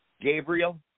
gabriel